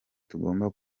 tugomba